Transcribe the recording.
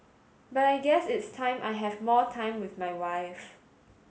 but I guess it's time I have more time with my wife